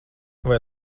vai